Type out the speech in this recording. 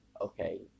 okay